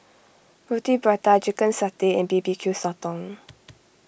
Roti Prata Chicken Satay and B B Q Sotong